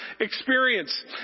experience